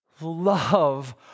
love